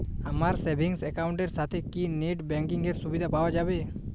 আমার savings account এর সাথে কি নেটব্যাঙ্কিং এর সুবিধা পাওয়া যাবে?